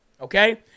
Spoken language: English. okay